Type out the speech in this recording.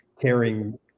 caring